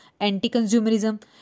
anti-consumerism